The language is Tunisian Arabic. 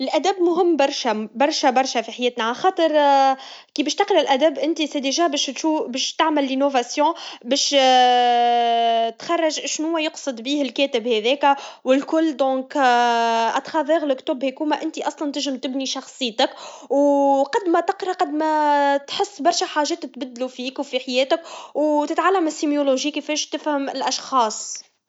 دراسة الأدب مهمة برشة لأنها تعلّمنا كيف نعبّر عن أنفسنا بشكل جميل وفعّال. كما تساعدنا نفهموا تجارب البشر ومشاعرهم عبر العصور. الأدب مش فقط قصص، هو جزء من ثقافتنا وهو يعكس قضايا اجتماعية وفكرية مهمة. هو أداة للتواصل والفهم بين الناس.